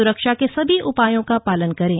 सुरक्षा के सभी उपायों का पालन करें